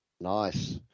Nice